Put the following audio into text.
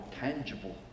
tangible